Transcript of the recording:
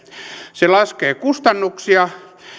se laskee kustannuksia